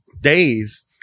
days